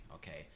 Okay